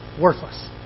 worthless